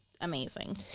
amazing